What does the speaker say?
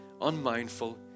unmindful